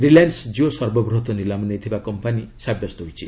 ରିଲାଏନୁ ଜିଓ ସର୍ବବୃହତ ନିଲାମ ନେଇଥିବା କମ୍ପାନୀ ସାବ୍ୟସ୍ତ ହୋଇଛି